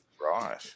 right